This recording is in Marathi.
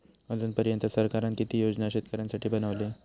अजून पर्यंत सरकारान किती योजना शेतकऱ्यांसाठी बनवले?